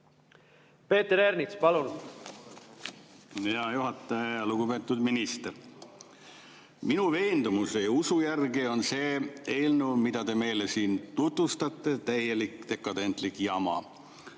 Peeter Ernits, palun! Hea juhataja! Lugupeetud minister! Minu veendumuse ja usu järgi on see eelnõu, mida te meile siin tutvustate, täielik dekadentlik jama.